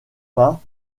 pas